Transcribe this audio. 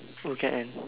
oh can end